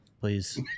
please